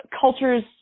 cultures